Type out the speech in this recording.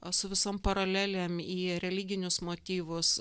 o su visom paralelėm į religinius motyvus